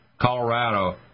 Colorado